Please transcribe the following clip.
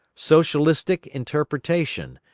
socialistic interpretation,